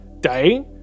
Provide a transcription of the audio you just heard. day